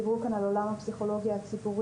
דיברו כאן על עולם הפסיכולוגיה הציבורית,